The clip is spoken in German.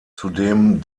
zudem